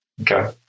Okay